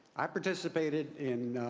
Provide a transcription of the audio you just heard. i participated in